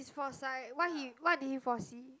he was like what he what did he foresee